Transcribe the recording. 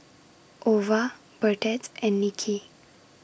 Ova Burdette and Nicki